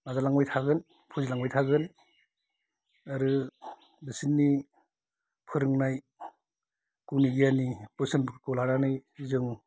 नाजालांबाय थागोन फुजिलांबाय थांगोन आरो बिसोरनि फोरोंनाय गुननि गियानि बेसोनफोरखौ लानानै जों